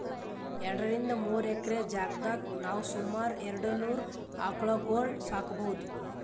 ಎರಡರಿಂದ್ ಮೂರ್ ಎಕ್ರೆ ಜಾಗ್ದಾಗ್ ನಾವ್ ಸುಮಾರ್ ಎರಡನೂರ್ ಆಕಳ್ಗೊಳ್ ಸಾಕೋಬಹುದ್